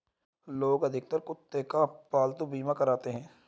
लोग अधिकतर कुत्ते का पालतू बीमा कराते हैं